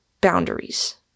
boundaries